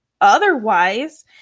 otherwise